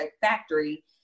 factory